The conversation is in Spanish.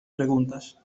preguntas